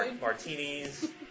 martinis